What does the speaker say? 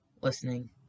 listening